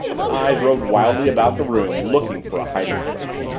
her eyes roved wildly about the room, looking for a hiding place.